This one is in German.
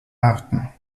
arten